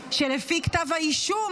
שלפי כתב האישום